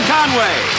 Conway